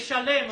לשלם.